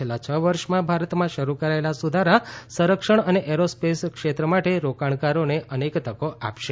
છેલ્લાં છ વર્ષમાં ભારતમાં શરૂ કરાયેલા સુધારા સંરક્ષણ અને એરોસ્પેસ ક્ષેત્ર માટે રોકાણકારોને અનેક તકો આપશે